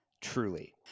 Truly